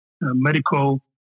medical